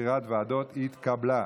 לבחירת ועדות התקבלה.